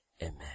Amen